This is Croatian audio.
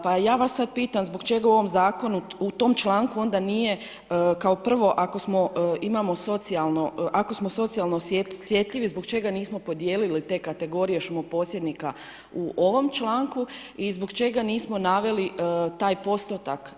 Pa ja vas sad pitam zbog čega u ovom zakonu u tom članku onda nije kao prvo ako smo, ako imamo socijalno, ako smo socijalno osjetljivi zbog čega nismo podijelili te kategorije šumoposjednika u ovom članku i zbog čega nismo naveli taj postotak.